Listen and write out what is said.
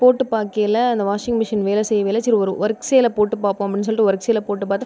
போட்டு பார்க்கயில அந்த வாஷிங் மிஷின் வேலை செய்யவேயில்லை சரி ஒரு ஒர்க் சேலை போட்டு பார்ப்போம் அப்படினு சொல்லிட்டு ஒர்க் சேலை போட்டு பார்த்தேன்